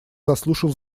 заслушал